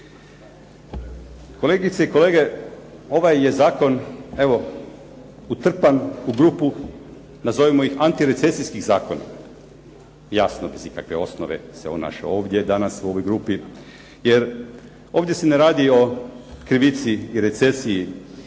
Kolegice i kolege, ovaj je zakon evo utrpan u grupu nazovimo ih antirecesijskih zakona, jasno bez ikakve osnove se on našao ovdje danas u ovoj grupi, jer ovdje se ne radi o krivici i recesiji